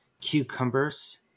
cucumbers